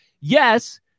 Yes